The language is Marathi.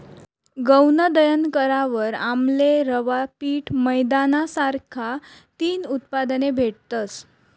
गऊनं दयन करावर आमले रवा, पीठ, मैदाना सारखा तीन उत्पादने भेटतस